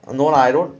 no lah I don't